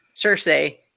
Cersei